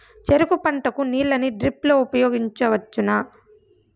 చెరుకు పంట కు నీళ్ళని డ్రిప్ లో ఉపయోగించువచ్చునా?